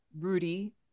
Rudy